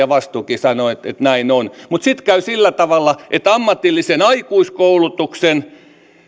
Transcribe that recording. ja vastuukin sanoo että näin on mutta sitten käy sillä tavalla että ammatillisen aikuiskoulutuksen